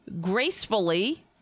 gracefully